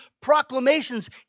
proclamations